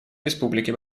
республики